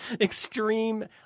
extreme